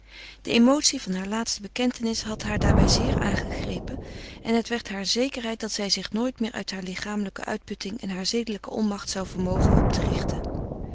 de emotie van haar laatste bekentenis had haar daarbij zeer aangegrepen en het werd haar zekerheid dat zij zich nooit meer uit haar lichamelijke uitputting en haar zedelijke onmacht zou vermogen op te richten